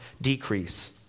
decrease